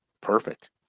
perfect